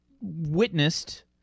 witnessed